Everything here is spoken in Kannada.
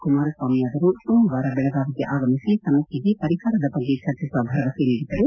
ಕುಮಾರಸ್ವಾಮಿ ಅವರು ಸೋಮವಾರ ಬೆಳಗಾವಿಗೆ ಆಗಮಿಸಿ ಸಮಸ್ಕೆಗೆ ಪರಿಹಾರದ ಬಗ್ಗೆ ಚರ್ಚಿಸುವ ಭರವಸೆ ನೀಡಿದ್ದರು